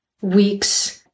weeks